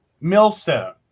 millstone